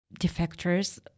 defectors